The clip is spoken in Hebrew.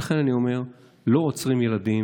לכן אני אומר: לא עוצרים ילדים,